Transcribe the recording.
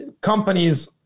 companies